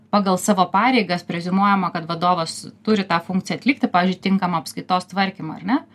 pagal savo pareigas preziumuojama kad vadovas turi tą funkciją atlikti pavyzdžiui tinkamą apskaitos tvarkymą ar ne